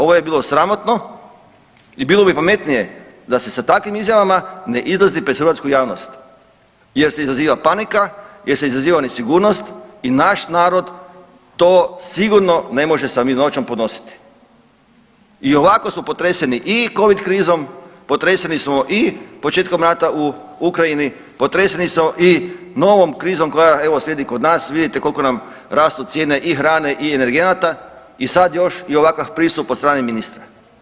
Ovo je bilo sramotno i bilo bi pametnije da se sa takvim izjavama ne izlazi pred hrvatsku javnost jer se izaziva panika, jer se izaziva nesigurnost i naš narod to sigurno ne može sa mirnoćom podnositi i ovako smo potreseni i covid krizom, potreseni smo i početkom rata u Ukrajini, potreseni smo i novom krizom koja evo slijedi kod nas, vidite koliko nam rastu cijene i hrane i energenata i sad još i ovakav pristup od strane ministra.